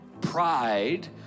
pride